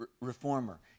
reformer